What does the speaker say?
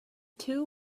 two